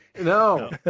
No